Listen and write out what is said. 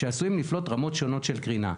שעשויים לפלוט רמות שונות של קרינה.